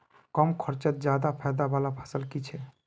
कम खर्चोत ज्यादा फायदा वाला फसल की छे?